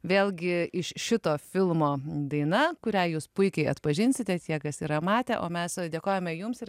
vėlgi iš šito filmo daina kurią jūs puikiai atpažinsite tie kas yra matę o mes dėkojame jums ir